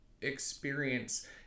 experience